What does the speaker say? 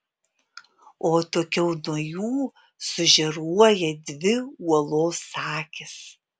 o atokiau nuo jų sužėruoja dvi uolos akys